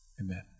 Amen